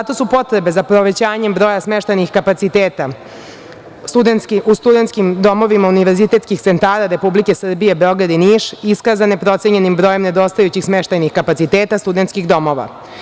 Zato su potrebe za povećanjem broja smeštenih kapaciteta u studentskim domovima univerzitetskih centara Republike Srbije Beograd i Niš iskazane procenjenim brojem nedostajućih smeštajnih kapaciteta studentskih domova.